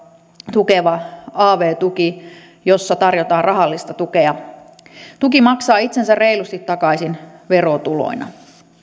tukeva av tuki jossa tarjotaan rahallista tukea tuki maksaa itsensä reilusti takaisin verotuloina